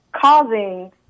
causing